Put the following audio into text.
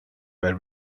where